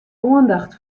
oandacht